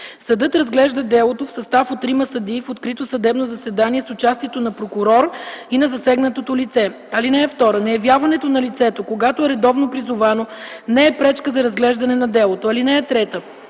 Съдът разглежда делото в състав от трима съдии в открито съдебно заседание с участието на прокурор и на засегнатото лице. (2) Неявяването на лицето, когато е редовно призовано, не е пречка за разглеждане на делото. (3) Когато